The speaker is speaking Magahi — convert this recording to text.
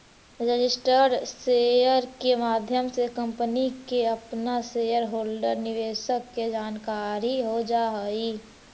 रजिस्टर्ड शेयर के माध्यम से कंपनी के अपना शेयर होल्डर निवेशक के जानकारी हो जा हई